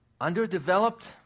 Underdeveloped